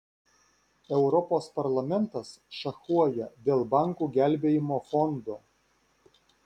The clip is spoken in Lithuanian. europos parlamentas šachuoja dėl bankų gelbėjimo fondo